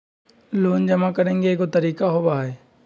Loan जमा करेंगे एगो तारीक होबहई?